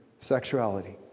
sexuality